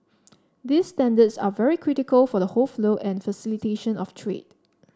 these standards are very critical for the whole flow and facilitation of trade